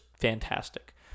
fantastic